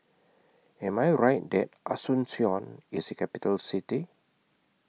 Am I Right that Asuncion IS A Capital City